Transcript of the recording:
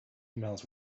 emails